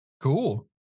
Cool